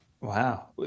Wow